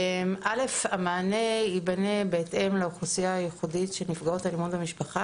א' המענה ייבנה בהתאם לאוכלוסייה הייחודית של נפגעות אלימות במשפחה,